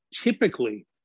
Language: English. typically